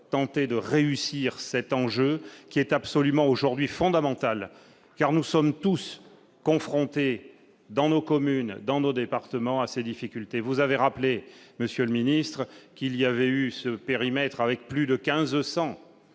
tenter de réussir cet enjeu qui est absolument aujourd'hui fondamental car nous sommes tous confrontés dans nos communes, dans nos départements, à ces difficultés, vous avez rappelé monsieur le ministre, qu'il y avait eu ce périmètre avec plus de 1500